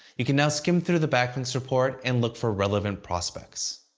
you can now skim through the backlinks report and look for relevant prospects.